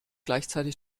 gleichzeitig